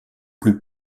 plus